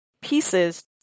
pieces